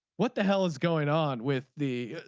what the hell is going on with the.